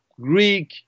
Greek